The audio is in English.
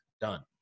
done